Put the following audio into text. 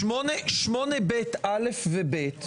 8ב(א) ו-(ב),